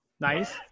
Nice